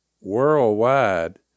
worldwide